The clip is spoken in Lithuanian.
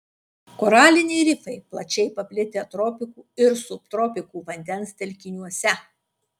koraliniai rifai plačiai paplitę tropikų ir subtropikų vandens telkiniuose